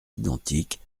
identiques